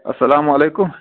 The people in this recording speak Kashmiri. اسلامُ علیکُم